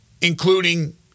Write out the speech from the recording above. including